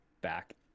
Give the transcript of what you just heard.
back